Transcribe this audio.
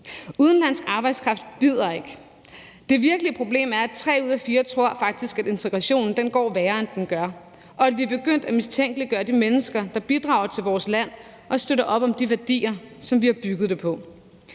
Udenlandsk arbejdskraft bider ikke. Det virkelige problem er, at tre ud af fire faktisk tror, at integrationen går værre, end den gør, og at vi er begyndt at mistænkeliggøre de mennesker, der bidrager til vores land og støtter op om de værdier, som vi har bygget det på.